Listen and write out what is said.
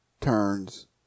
turns